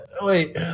wait